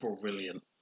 brilliant